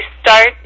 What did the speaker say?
start